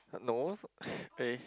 no eh